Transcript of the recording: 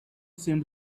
seemed